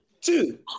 Two